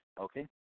Okay